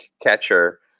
catcher